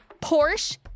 porsche